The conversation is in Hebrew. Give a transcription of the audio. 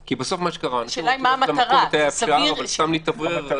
כי בסוף מה שקרה היה שללכת למכולת היה אפשר אבל סתם להתאוורר לא,